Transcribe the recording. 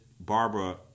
Barbara